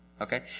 Okay